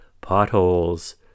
Potholes